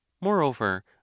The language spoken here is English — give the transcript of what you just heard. Moreover